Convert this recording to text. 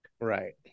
Right